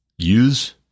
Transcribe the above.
Use